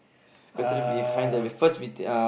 uh